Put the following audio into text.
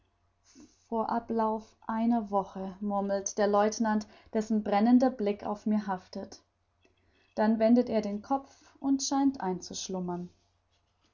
vor ablauf einer woche murmelt der lieutenant dessen brennender blick auf mir haftet dann wendet er den kopf und scheint einzuschlummern